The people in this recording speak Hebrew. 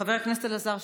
חבר הכנסת אלעזר שטרן,